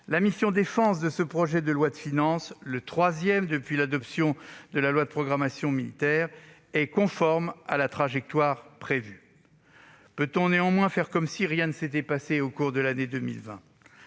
la mission « Défense » de ce projet de loi de finances, le troisième depuis l'adoption de la loi de programmation militaire, est conforme à la trajectoire prévue. Peut-on néanmoins faire comme si rien ne s'était passé au cours de l'année 2020 ?